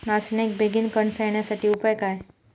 नाचण्याक बेगीन कणसा येण्यासाठी उपाय काय?